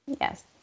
Yes